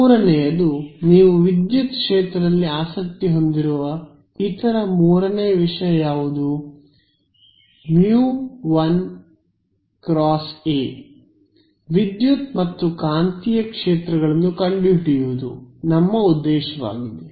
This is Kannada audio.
ಮೂರನೆಯದು ನೀವು ವಿದ್ಯುತ್ ಕ್ಷೇತ್ರದಲ್ಲಿ ಆಸಕ್ತಿ ಹೊಂದಿರುವ ಇತರ ಮೂರನೇ ವಿಷಯ ಯಾವುದು μ 1 × ಎ → ವಿದ್ಯುತ್ ಮತ್ತು ಕಾಂತೀಯ ಕ್ಷೇತ್ರಗಳನ್ನು ಕಂಡುಹಿಡಿಯುವುದು ನಮ್ಮ ಉದ್ದೇಶವಾಗಿದೆ